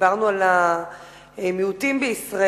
דיברנו על המיעוטים בישראל.